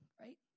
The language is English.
right